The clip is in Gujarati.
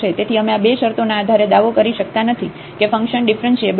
તેથી અમે આ બે શરતોના આધારે દાવો કરી શકતા નથી કે ફંકશન ડીફરન્શીએબલ છે